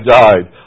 died